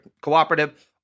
cooperative